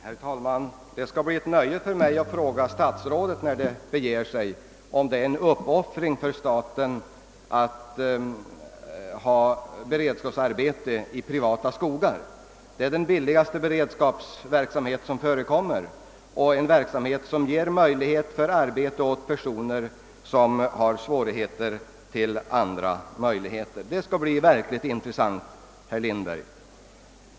Herr talman! Det skall bli ett nöje för mig, att när det beger sig, fråga statsrådet om beredskapsarbeten i privata skogar innebär en uppoffring för staten. Detta är den billigaste formen av beredskapsarbete och en verksamhet som ger sysselsättning åt personer som. har svårt att få arbete på annat håll.